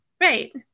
Right